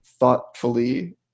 Thoughtfully